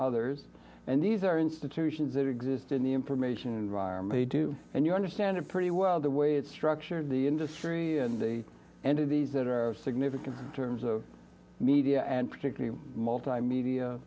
others and these are institutions that exist in the information environment they do and you understand it pretty well the way it's structured the industry and of these that are significant terms of media and particularly multimedia